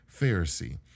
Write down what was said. Pharisee